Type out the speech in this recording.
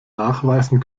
nachweisen